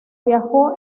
viajó